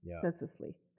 senselessly